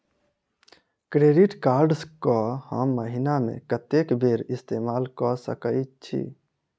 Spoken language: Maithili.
क्रेडिट कार्ड कऽ हम महीना मे कत्तेक बेर इस्तेमाल कऽ सकय छी?